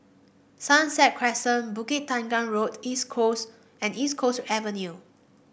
Sunset Crescent Bukit Tunggal Road East Coast and East Coast Avenue